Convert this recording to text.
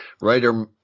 writer